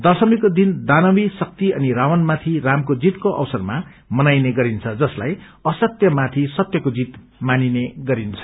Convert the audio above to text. दशमीको दिन दानश्री शक्ति अनि रावण माथि रामको जितको अवसरमा मनाईने गरिन्छ जसलाइअसत्यमाथि सत्यको जित मानिने गरिन्छ